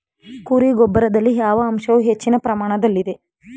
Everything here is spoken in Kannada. ಕುರಿ ಗೊಬ್ಬರದಲ್ಲಿ ಯಾವ ಅಂಶವು ಹೆಚ್ಚಿನ ಪ್ರಮಾಣದಲ್ಲಿದೆ?